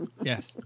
Yes